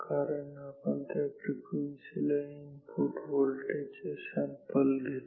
कारण आपण त्या फ्रिक्वेन्सी ला इनपुट व्होल्टेज चे सॅम्पल घेतो